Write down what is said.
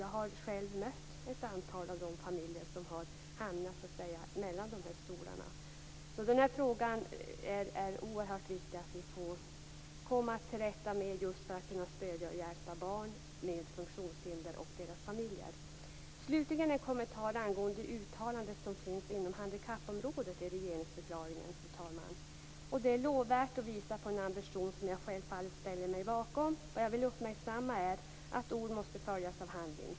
Jag har själv mött ett antal av de familjer som har hamnat så att säga mellan dessa stolar. Den här frågan är det alltså oerhört viktigt att vi kommer till rätta med just för att kunna stödja och hjälpa barn med funktionshinder och deras familjer. Slutligen vill jag göra en kommentar om det uttalande som finns inom handikappområdet i regeringsförklaringen, fru talman. Det är lovvärt att visa på en ambition som jag självfallet ställer mig bakom. Vad jag vill uppmärksamma är att ord måste följas av handling.